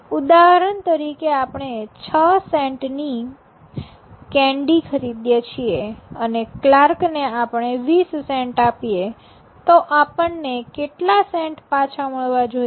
ઉદાહરણ તરીકે આપણે ૬ સેન્ટ ની કેન્ડી ખરીદીએ છીએ અને ક્લાર્કને આપણે ૨૦ સેન્ટ આપીએ તો આપણને કેટલા સેન્ટ પાછા મળવા જોઈએ